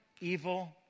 evil